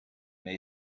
may